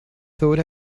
thought